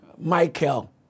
Michael